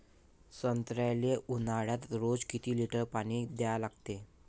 संत्र्याले ऊन्हाळ्यात रोज किती लीटर पानी द्या लागते?